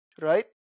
Right